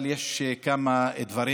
אבל יש כמה דברים.